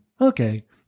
Okay